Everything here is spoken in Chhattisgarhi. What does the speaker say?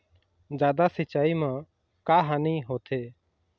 जादा सिचाई म का हानी होथे?